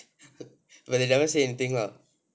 but they never say anything lah